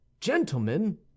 Gentlemen